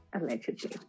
allegedly